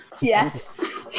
Yes